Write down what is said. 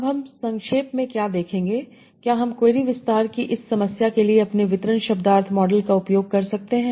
अब हम संक्षेप में क्या देखेंगे क्या हम क्वेरी विस्तार की इस समस्या के लिए अपने डिस्ट्रीब्यूशन सेमांटिक्स मॉडल का उपयोग कर सकते हैं